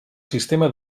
sistema